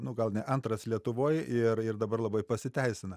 nu gal ne antras lietuvoj ir ir dabar labai pasiteisina